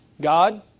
God